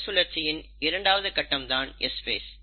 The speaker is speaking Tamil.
செல் சுழற்சியின் இரண்டாவது கட்டம் தான் S ஃபேஸ்